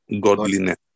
godliness